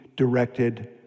Directed